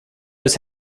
was